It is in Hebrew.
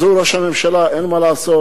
זהו ראש הממשלה, אין מה לעשות.